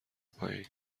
پایین